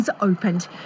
opened